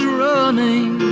running